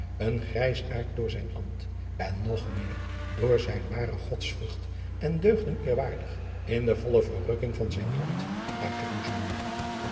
een grijsaard door zijn ambt en nog meer door zijn ware godsvrucht en deugden eerwaardig in de volle verrukking van zijn hart uit te boezemen